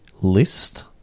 list